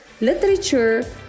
literature